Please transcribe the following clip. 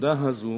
בנקודה הזו,